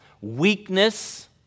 weakness